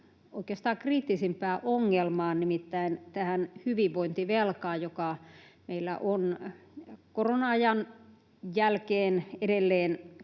oikeastaan kriittisimpään ongelmaan, nimittäin tähän hyvinvointivelkaan, joka meillä on korona-ajan jälkeen edelleen